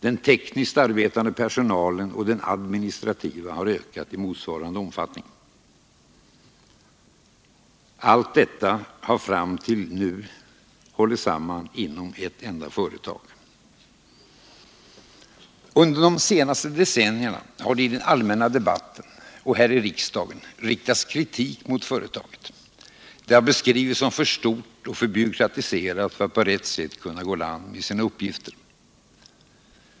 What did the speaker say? Den tekniskt arbetande och den administrativa personalen har ökat i antal i samma omfattning. Allt detta har fram till nu hållits samman inom ett enda företag. Under de senaste decennierna har det i den allmänna debatten och här i riksdagen riktats kritik mot företaget. Det har beskrivits som för stort och för byråkratiserat för att på rätt sätt känna gå i land med sina uppgifter.